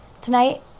tonight